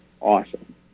awesome